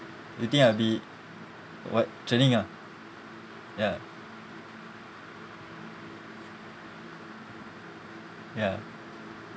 do you think I'll be what training ah ya ya